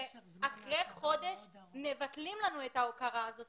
אחרי חודש מבטלים לנו את ההכרה הזאת